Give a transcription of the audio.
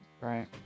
Right